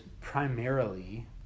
primarily